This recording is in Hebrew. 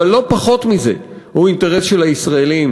אבל לא פחות מזה הוא אינטרס של הישראלים.